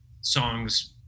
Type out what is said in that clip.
songs